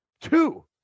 two